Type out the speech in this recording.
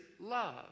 love